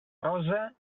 rosa